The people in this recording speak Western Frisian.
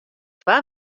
twa